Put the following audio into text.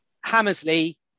hammersley